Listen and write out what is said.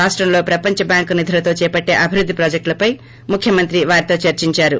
రాష్టంలో ప్రపంచ బ్యాంక్ నిధులతో చేపట్టే అభివృద్ధి ప్రాజెక్టులపై ముఖ్యమంత్రి వారితో చర్చిందారు